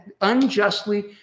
unjustly